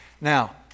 Now